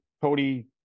Cody